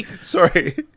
Sorry